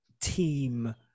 team